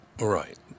right